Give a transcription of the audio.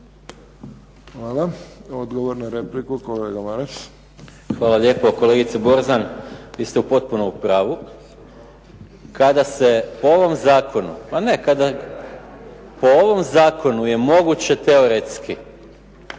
Hvala. Odgovor na repliku kolega Maras. **Maras, Gordan (SDP)** Hvala lijepo kolegice Borzan, vi ste potpuno u pravu. Kada se ovom zakonu, po ovom zakonu je moguće teoretski